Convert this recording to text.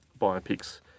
biopics